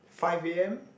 five a_m